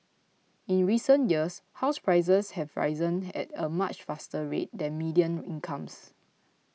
in recent years house prices have risen at a much faster rate than median incomes